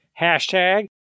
Hashtag